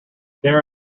there